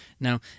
Now